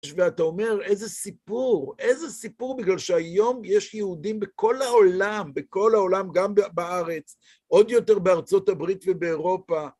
ואתה אומר, איזה סיפור, איזה סיפור, בגלל שהיום יש יהודים בכל העולם, בכל העולם, גם בארץ, עוד יותר בארצות הברית ובאירופה.